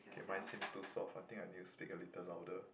okay mine seems too soft I think I need to speak a little louder